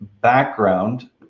background